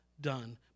done